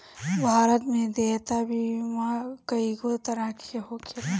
भारत में देयता बीमा कइगो तरह के होखेला